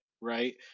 right